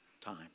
time